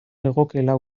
legokeela